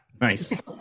nice